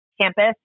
campus